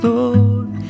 Lord